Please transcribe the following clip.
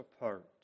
apart